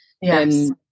yes